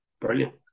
brilliant